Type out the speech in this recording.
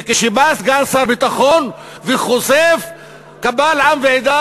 וכשבא סגן שר הביטחון וחושף קבל עם ועדה